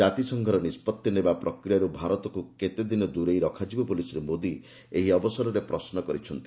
ଜାତିସଂଘର ନିଷ୍ପଭି ନେବା ପ୍ରକ୍ରିୟାରୁ ଭାରତକୁ କେତେଦିନ ଦୂରେଇ ରଖାଯିବ ବୋଲି ଶ୍ରୀ ମୋଦୀ ଏହି ଅବସରରେ ପ୍ରଶ୍ନ କରିଛନ୍ତି